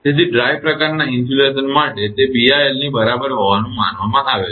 તેથી ડ્રાય પ્રકારનાં ઇન્સ્યુલેશન માટે તે BILબીઆઇએલની બરાબર હોવાનું માનવામાં આવે છે